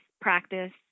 practice